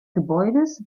gebäudes